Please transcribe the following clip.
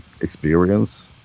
experience